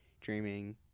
dreaming